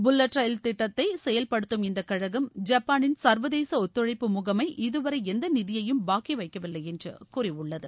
bullet rail திட்டத்தை செயல் படுத்தும் இந்த கழகம் ஜப்பாளின் சா்வதேச ஒத்துழைப்பு முகமை இதுவரை எந்த நிதியையும் பாக்கி வைக்கவில்லை என்று கூறியுள்ளது